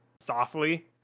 softly